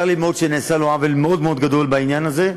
צר לי מאוד שנעשה לו עוול מאוד מאוד גדול בעניין הזה.